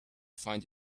find